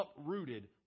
uprooted